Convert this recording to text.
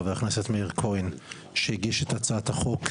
חבר הכנסת מאיר כהן שהגיש את הצעת החוק,